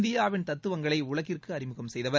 இந்தியாவின் தத்துவங்களை உலகிற்கு அறிமுகம் செய்தார்